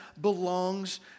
belongs